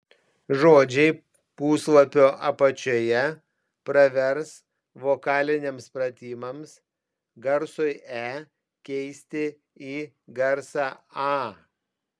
žodžiai puslapio apačioje pravers vokaliniams pratimams garsui e keisti į garsą a